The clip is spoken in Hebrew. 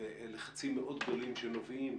ולחצים מאוד גדולים שנובעים